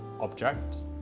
object